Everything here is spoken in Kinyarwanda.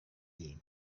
iyi